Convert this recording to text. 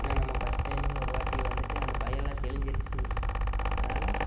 ஏன்னால் நம்ம ஃபஸ்ட் டைமே ஒரு வாட்டி வந்துட்டு அந்த பயமெலாம் தெளிஞ்சிருச்சு அதனால